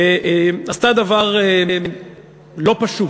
עשתה דבר לא פשוט,